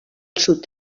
sud